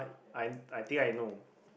I I think I know